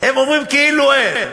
הם עוברים כאילו אין.